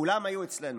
כולם היו אצלנו.